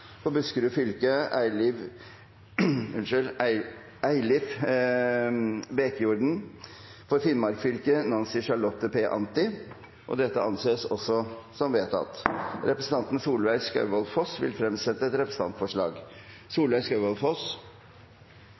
For Buskerud fylke: Eilev Bekjorden For Finnmark fylke: Nancy Charlotte P. Anti Representanten Solveig Skaugvoll Foss vil fremsette et representantforslag.